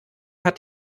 hat